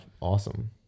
awesome